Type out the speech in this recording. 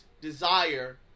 desire